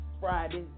Friday